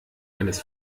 eines